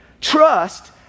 Trust